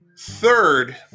Third